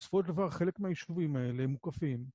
צריך עוד דבר, חלק מהישובים האלה הם מוקפים.